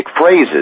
phrases